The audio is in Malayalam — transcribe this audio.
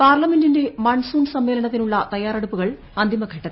പാർലമെന്റിന്റെ മൺസൂൺ സമ്മേളനത്തിനുള്ള തയ്യാറെടുപ്പുകൾ അന്തിമ ഘട്ടത്തിൽ